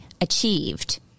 achieved